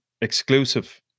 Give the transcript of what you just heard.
exclusive